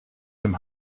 some